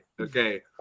okay